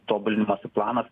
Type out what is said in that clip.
tobulinimosi planas